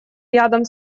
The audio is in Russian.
рядом